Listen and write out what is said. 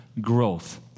growth